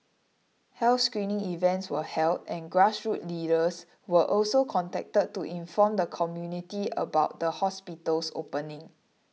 health screening events were held and grassroots leaders were also contacted to inform the community about the hospital's opening